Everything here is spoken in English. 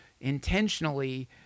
intentionally